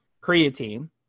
creatine